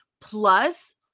plus